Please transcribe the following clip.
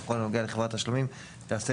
ובכל הנוגע לחברת תשלומים - תיעשה